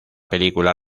película